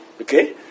okay